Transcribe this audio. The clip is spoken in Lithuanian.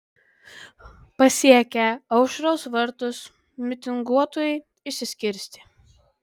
pasiekę aušros vartus mitinguotojai išsiskirstė